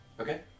Okay